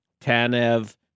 Tanev